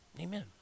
Amen